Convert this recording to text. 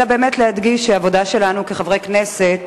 אלא באמת להדגיש שהעבודה שלנו כחברי הכנסת